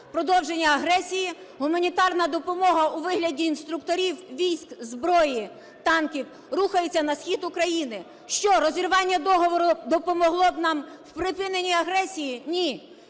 продовження агресії, гуманітарна допомога у вигляді інструкторів, військ, зброї, танків рухається на схід України. Що, розірвання договору допомогло б нам в припиненні агресії? Ні.